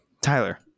Tyler